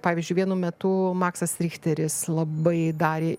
pavyzdžiui vienu metu maksas richteris labai darė